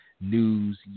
news